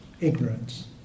ignorance